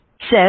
says